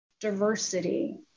diversity